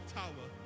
tower